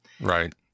Right